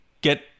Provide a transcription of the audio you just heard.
get